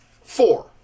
four